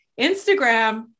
Instagram